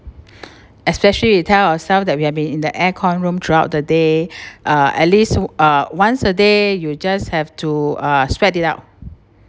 especially we tell ourselves that we have been in the air con room throughout the day uh at least uh once a day you just have to uh sweat it out